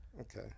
Okay